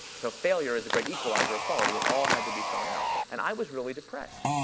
so failure is a great equalizer of quality. it all had to be thrown out. and i was really depressed.